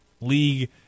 league